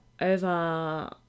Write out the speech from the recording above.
over